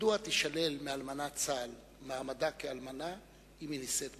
מדוע יישלל מאלמנת צה"ל מעמדה כאלמנה אם היא נישאת שנית?